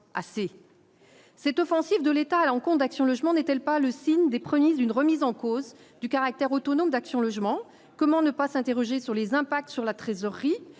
AC. Cette offensive de l'État allant compte d'Action Logement n'est-elle pas le signe des prémices d'une remise en cause du caractère autonome d'Action Logement, comment ne pas s'interroger sur les impacts sur la trésorerie,